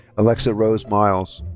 alexa rose miles.